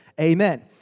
Amen